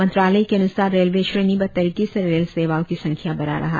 मंत्रालय के अन्सार रेलवे श्रेणीबद्व तरीके से रेल सेवाओं की संख्या बढ़ा रहा है